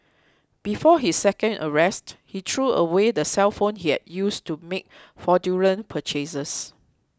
before his second arrest he threw away the cellphone he had used to make fraudulent purchases